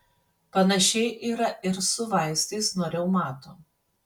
panašiai yra ir su vaistais nuo reumato